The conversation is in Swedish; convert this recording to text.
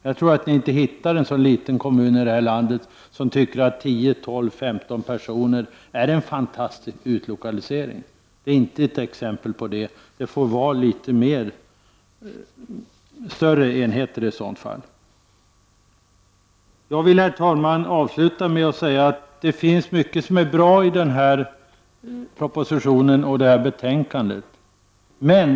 Jag tror inte att ni kan hitta en så liten kommun i detta land att den tycker att tio, tolv eller femton personer utgör en fantastisk utlokalisering. Det är inte ett exempel på detta. Det måste i så fall röra sig om litet-större enheter. Herr talman! Jag vill avsluta med att säga att det finns mycket som är bra i propositionen och betänkandet.